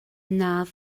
nad